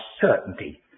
certainty